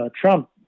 Trump